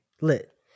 lit